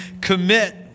commit